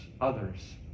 others